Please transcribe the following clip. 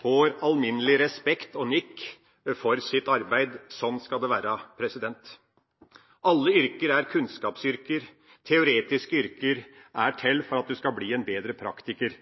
får alminnelig respekt og nikk for sitt arbeid. Sånn skal det være. Alle yrker er kunnskapsyrker. Teoretiske yrker er til for at du skal bli en bedre praktiker.